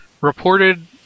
Reported